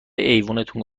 ایوونتون